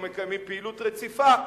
לא מקיימים פעילות רציפה.